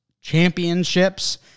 championships